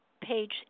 page